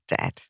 Dead